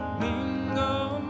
mingle